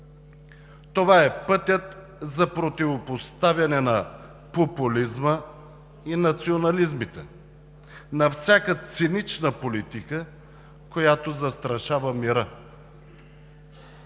Това е пътят за противопоставяне на популизма и национализмите, на всяка цинична политика, която застрашава мира.